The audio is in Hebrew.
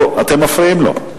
אתם מפריעים לו.